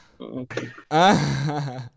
Okay